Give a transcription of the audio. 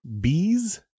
Bees